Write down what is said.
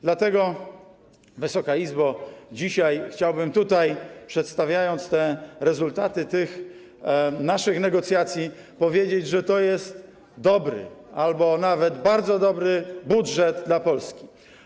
Dlatego, Wysoka Izbo, chciałbym dzisiaj, przedstawiając rezultaty naszych negocjacji, powiedzieć, że to jest dobry albo nawet bardzo dobry budżet dla Polski.